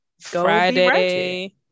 Friday